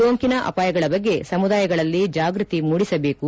ಸೋಂಕಿನ ಅಪಾಯಗಳ ಬಗ್ಗೆ ಸಮುದಾಯಗಳಲ್ಲಿ ಜಾಗ್ಸತಿ ಮೂಡಿಸಬೇಕು